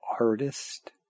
artist